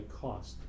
cost